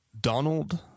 Donald